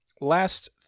last